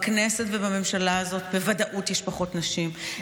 ובכנסת ובממשלה הזאת בוודאות יש פחות נשים,